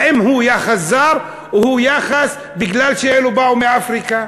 האם הוא יחס לזר, או יחס כי אלו באו מאפריקה?